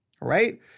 right